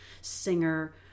singer